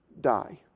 die